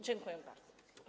Dziękuję bardzo.